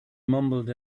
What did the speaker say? mumbled